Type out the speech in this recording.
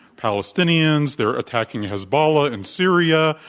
palestinians. they're attacking hezbollah in syria,